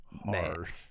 harsh